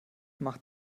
macht